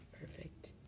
perfect